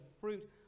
fruit